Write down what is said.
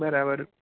બરાબર